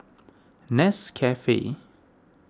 Nescafe